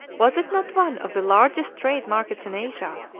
was it not one of the largest trade markets in asia,